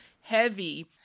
heavy